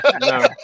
No